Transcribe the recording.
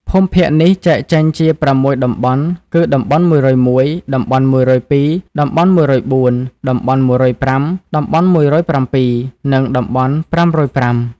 ភូមិភាគនេះចែកចេញជាប្រាំមួយតំបន់ គឺ តំបន់១០១ តំបន់១០២ តំបន់១០៤ តំបន់ ១០៥ តំបន់១០៧ និងតំបន់៥០៥ ។